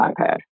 iPad